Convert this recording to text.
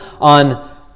on